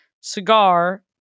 cigar